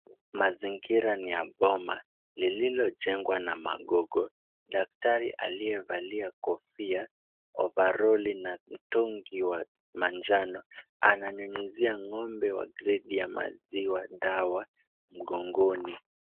Mazingira ni ya boma lililojengwa na magogo. Daktari aliyevalia kofia, ovaroli na mtungi wa manjano ananyunyizia ng'ombe wa gredi ya maziwa dawa mgongoni.